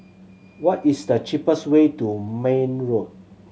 what is the cheapest way to Marne Road